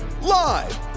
live